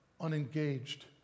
unengaged